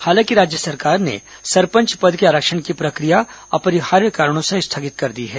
हालांकि राज्य सरकार ने सरपंच पद के आरक्षण की प्रक्रिया अपरिहार्य कारणों से स्थगित कर दी है